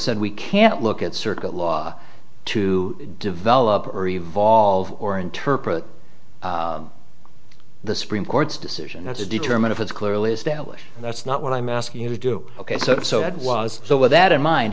said we can't look at circuit law to develop or evolve or interpret the supreme court's decision as to determine if it's clearly established and that's not what i'm asking you to do ok so so it was so with that in mind